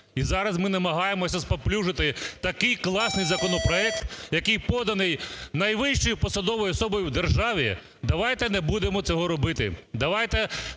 І зараз ми намагаємося спаплюжити такий класний законопроект, який поданий найвищою посадовою особою в державі. Давайте не будемо цього робити.